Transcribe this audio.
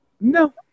No